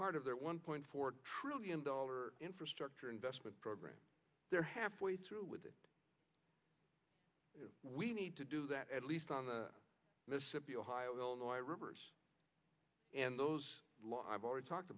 part of their one point four trillion dollar infrastructure investment program they're halfway through with that we need to do that at least on the mississippi ohio river and the law i've already talked